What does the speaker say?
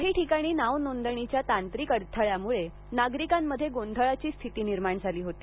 काही ठिकाणी नाव नोंदणीच्या तांत्रिक अडथळ्यामुळे नागरिकांमध्ये गोंधळाची स्थिती निर्माण झाली होती